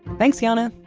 thanks yanna.